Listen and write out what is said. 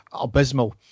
abysmal